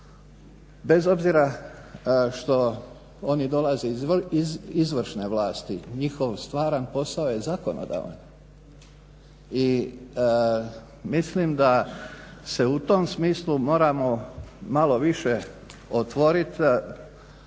Bez obzira što oni dolaze iz izvršne vlasti, njihov stvaran posao je zakonodavan. I mislim da se u tom smislu moramo malo više otvoriti